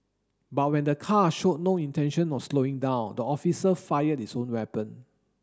but when the car showed no intention of slowing down the officer fired his own weapon